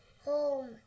home